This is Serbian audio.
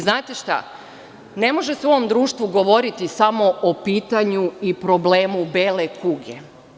Znate šta, ne može se u ovom društvu govoriti samo o pitanju i problemu bele kuge.